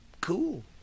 cool